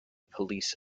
police